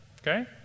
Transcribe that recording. Okay